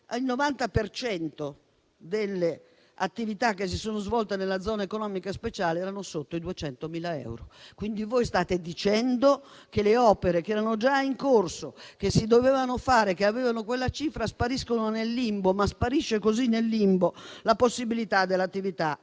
cento delle attività che si sono svolte nella zona economica speciale era sotto i 200.000 euro. Quindi, voi state dicendo che le opere che erano già in corso, che si dovevano fare e che avevano quella cifra spariscono nel limbo. Ma sparisce così nel limbo la possibilità dell'attività